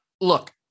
Look